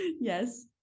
yes